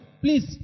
Please